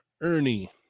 Ernie